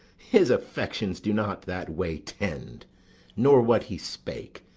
his affections do not that way tend nor what he spake,